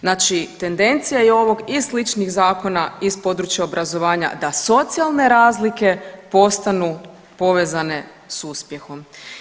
Znači tendencija je ovog i sličnih zakona iz područja obrazovanja da socijalne razlike postanu povezane s uspjehom.